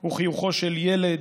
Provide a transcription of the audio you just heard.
הוא חיוכו של ילד,